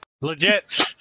Legit